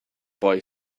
boy